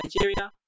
Nigeria